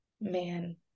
Man